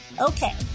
Okay